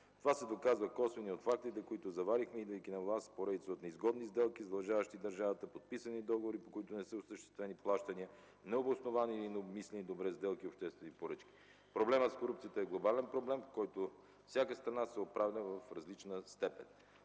Това се доказва косвено и от фактите, които заварихме, идвайки на власт – поредица от неизгодни сделки, задължаващи държавата, подписани договори, по които не са осъществени плащания, необосновани и необмислени добре сделки и обществени поръчки. Проблемът с корупцията е глобален проблем, в който всяка страна се оправя в различна степен.